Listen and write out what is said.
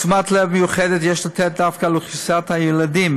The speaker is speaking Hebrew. תשומת לב מיוחדת יש לתת דווקא לאוכלוסיית הילדים,